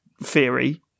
theory